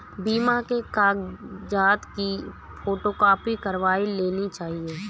बीमा के कागजात की फोटोकॉपी करवा लेनी चाहिए